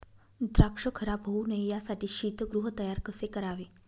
द्राक्ष खराब होऊ नये यासाठी शीतगृह तयार कसे करावे?